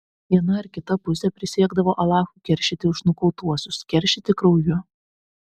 viena ar kita pusė prisiekdavo alachu keršyti už nukautuosius keršyti krauju